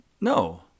No